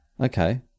Okay